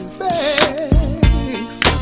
face